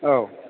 औ